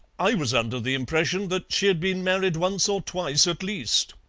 i was under the impression that she'd been married once or twice at least.